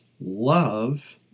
LOVE